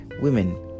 women